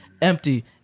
empty